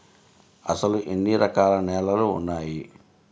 అసలు ఎన్ని రకాల నేలలు వున్నాయి?